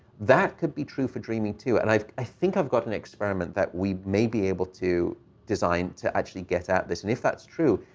that could be true for dreaming, too. and i think i've got an experiment that we may be able to design to actually get at this. and if that's true,